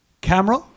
camera